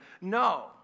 No